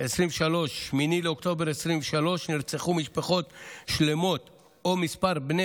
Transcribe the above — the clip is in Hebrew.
2023 ו-8 באוקטובר 2023 נרצחו משפחות שלמות או כמה בני